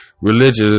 religious